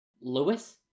Lewis